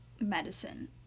medicine